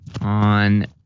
on